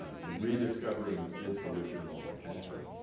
ah rediscovering its original potential.